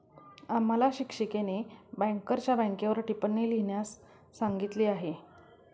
आम्हाला शिक्षिकेने बँकरच्या बँकेवर टिप्पणी लिहिण्यास सांगितली आहे